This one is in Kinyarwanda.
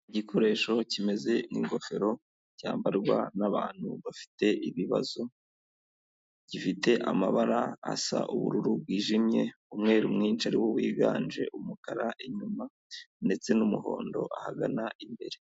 Igikoresho kimeze nk'ingofero cyambarwa n'abantu bafite ibibazo, gifite amabara asa ubururu bwijimye umweru mwinshi ariwo wiganje; umukara inyuma ndetse n'umuhondo ahagana imbere.